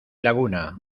laguna